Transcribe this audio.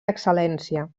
excel·lència